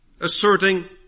asserting